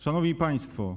Szanowni Państwo!